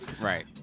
Right